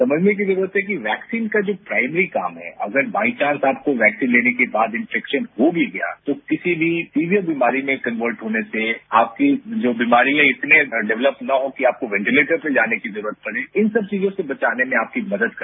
समझने की जरूरत है कि वैक्सीन का जो प्राइमरी काम है अगर बाइचांस आपको वैक्सीन लेने के बाद इनेफेक्शन हो भी गया तो किसी भी सीवियर बीमारी में कन्वर्ट होने से आपके जो बीमारियां इतने डेवलप न हो कि आपको वेंटिलेटर पर जाने की जरूरत पडे इन सब चीजों से बचाने में आपकी मदद करता है